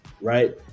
right